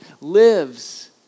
lives